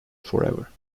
forever